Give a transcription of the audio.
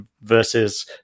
versus